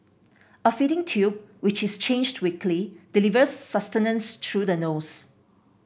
a feeding tube which is changed weekly delivers sustenance through the nose